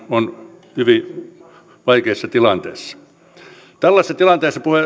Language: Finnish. on hyvin vaikeassa tilanteessa tällaisessa tilanteessa